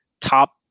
top